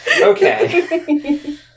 Okay